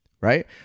right